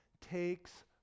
takes